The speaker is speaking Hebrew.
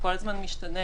הוא כל הזמן משתנה.